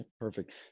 Perfect